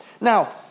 Now